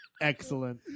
Excellent